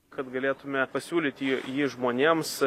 kad galėtume pasiūlyti jį žmonėms